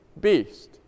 beast